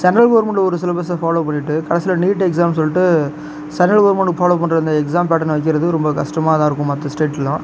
central government ஒரு syllabus follow பண்ணிகிட்டு கடைசியில் நீட் எக்ஸாம் சொல்லிட்டு சென்ட்ரல் கவுர்ன்மெண்ட்டு ஃபாலோ பண்ற அந்த எக்ஸாம் பேட்டன்னை வைக்கிறது ரொம்ப கஷ்டமாகதான் இருக்கும் மற்ற ஸ்டேட்டுலாம்